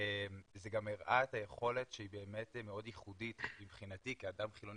זה גם הראה את היכולת שהיא באמת מאוד ייחודית מבחינתי כאדם חילוני